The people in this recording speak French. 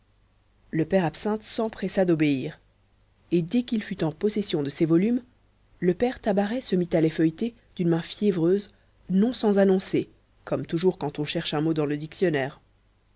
le père absinthe s'empressa d'obéir et dès qu'il fut en possession de ses volumes le père tabaret se mit à les feuilleter d'une main fiévreuse non sans annoncer comme toujours quand on cherche un mot dans le dictionnaire